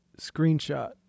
screenshot